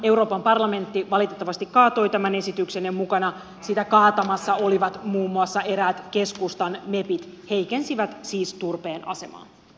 euroopan parlamentti valitettavasti kaatoi tämän esityksen ja mukana sitä kaatamassa olivat muun muassa eräät keskustan mepit heikensivät siis turpeen asemaa